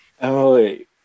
Emily